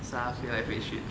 沙飞来飞去